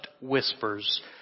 whispers